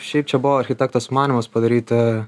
šiaip čia buvo architekto sumanymas padaryti